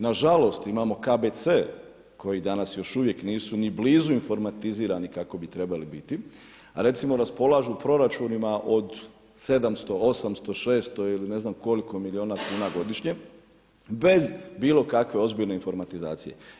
Nažalost, imamo KBC koji danas još uvijek nisu ni blizu informatizirani kako bi trebali, a recimo, raspolažu proračunima od 700, 800, 600 ili ne znam koliko miliona kuna godišnje bez bilo kakve ozbiljne informatizacije.